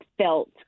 felt